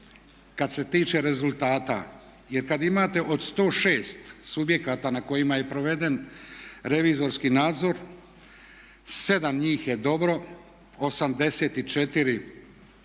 kad se tiče rezultata. Jer kad imate od 106 subjekata na kojima je proveden revizorski nadzor 7 njih je dobro, 84 osrednje